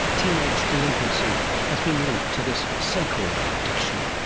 teenage delinquency has been linked to this so-called addiction.